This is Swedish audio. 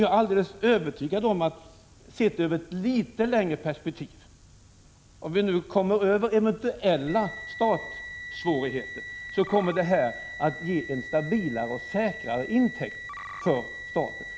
Jag är alldeles övertygad om att detta — sett i ett litet längre perspektiv och när vi kommit över eventuella startsvårigheter — kommer att ge en stabilare och säkrare intäkt för staten.